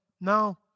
no